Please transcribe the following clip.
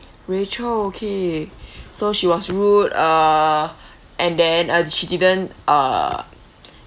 rachel okay so she was rude uh and then uh she didn't uh